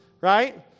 right